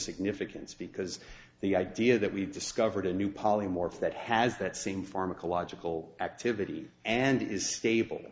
significance because the idea that we've discovered a new polymorph that has that same pharmacological activity and is stable